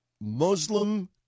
Muslim